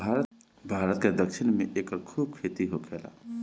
भारत के दक्षिण में एकर खूब खेती होखेला